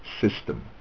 system